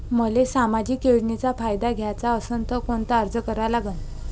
मले सामाजिक योजनेचा फायदा घ्याचा असन त कोनता अर्ज करा लागन?